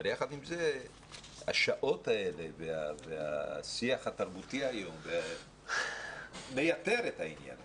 אבל יחד עם זה השעות הללו והשיח התרבותי היום מייתר את העניין הזה.